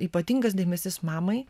ypatingas dėmesys mamai